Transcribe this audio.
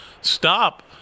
stop